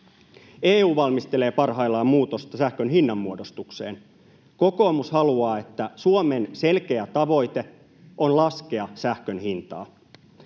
EU valmistelee parhaillaan muutosta sähkön hinnanmuodostukseen. Kokoomus haluaa, että Suomen selkeä tavoite on laskea sähkön hintaa.